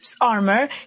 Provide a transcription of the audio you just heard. armor